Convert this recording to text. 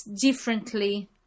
differently